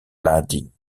lading